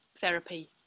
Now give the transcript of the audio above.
therapy